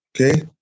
okay